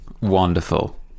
Wonderful